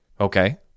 Okay